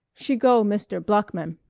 she go mr. bloeckman.